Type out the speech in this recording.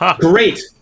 Great